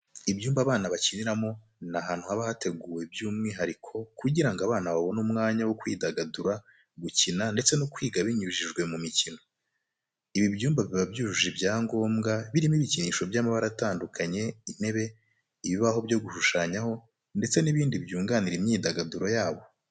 Ibyumba abana bakiniramo ni ahantu haba hateguwe by'umwihariko kugira ngo abana babone umwanya wo kwidagadura, gukina ndetse no kwiga binyujijwe mu mikino. Ibi byumba biba byujuje ibyangombwa, birimo ibikinisho by'amabara atandukanye, intebe, ibibaho byo gushushanyaho ndetse n'ibindi byunganira imyidagaduro yabo.